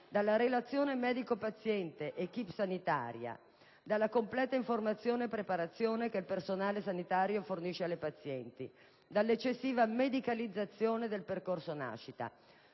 dalla relazione medico-paziente-*équipe* sanitaria; dalla completa informazione e preparazione che il personale sanitario fornisce alle pazienti; dalla eccessiva medicalizzazione del percorso nascita.